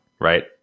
right